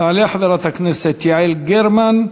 תעלה חברת הכנסת יעל גרמן,